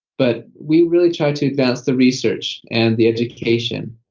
but we really try to advance the research, and the education,